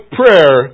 prayer